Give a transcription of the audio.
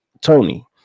Tony